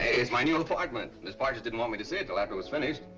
hey it's my new apartment. miss pattridge didn't want me to see it till after it was finished.